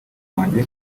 wange